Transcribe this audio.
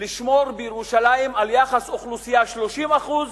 לשמור בירושלים על יחס אוכלוסייה 70% 30%,